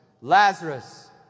Lazarus